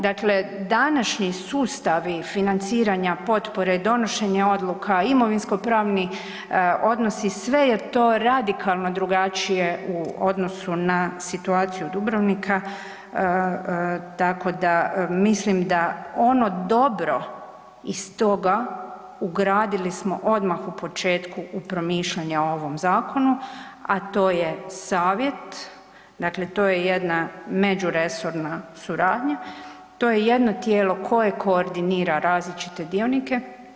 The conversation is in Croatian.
Dakle današnji sustavi financiranja potpore, donošenja odluka, imovinskopravni odnosi sve je to radikalno drugačije u odnosu na situaciju Dubrovnika, tako da mislim da ono dobro iz toga ugradili smo odmah u početku u promišljanja u ovom zakonu, a to je savjet dakle, to je jedna međuresorna suradnja, to je jedno tijelo koje koordinira različite dionike.